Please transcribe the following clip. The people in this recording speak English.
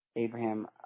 Abraham